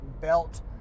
belt